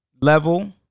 level